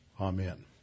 Amen